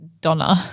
Donna